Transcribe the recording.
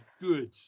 good